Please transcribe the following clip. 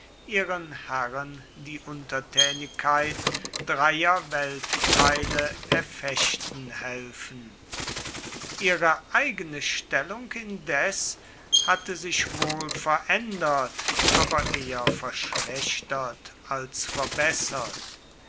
ihren herren die untertänigkeit dreier weltteile erfechten helfen ihre eigene stellung indessen hatte sich wohl verändert aber eher verschlechtert als verbessert